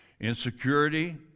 insecurity